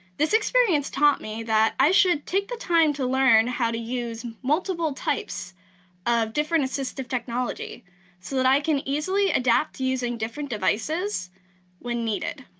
this experience taught me that i should take the time to learn how to use multiple types of different assistive technology so that i can easily adapt to using different devices when needed.